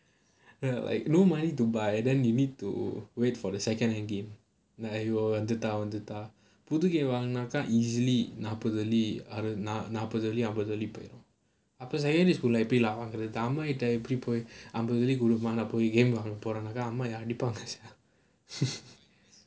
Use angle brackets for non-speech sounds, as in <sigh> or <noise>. ya like no money to buy then you need to wait for the second end game <laughs> வந்துட்டா வந்துட்டா புது:vanthuttaa vanthuttaa puthu game வாங்கணும்க்கா:vaanganumkkaa easily நாப்பது வெள்ளி நாப்பது வெள்ளி அம்பது வெள்ளி போயிரும் அப்போ:naappathu velli naappathu velli ambathu velli poyirum appo secondary school எப்படி:eppadi lah வாங்குறது அம்மா கிட்ட எப்படி போய் அம்பது வெள்ளி கொடுங்க மா நான் போய்:vangurathu amma kita eppadi poi ambathu velli kondunga maa naan poi game வாங்க போறேனாக்க அம்மா என்ன அடிப்பாங்க:vaanga poraenaakka amma enna adipaanga <laughs>